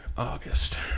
August